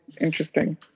interesting